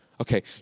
Okay